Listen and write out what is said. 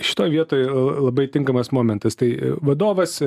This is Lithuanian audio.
šitoj vietoj e labai tinkamas momentas tai vadovas